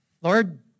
Lord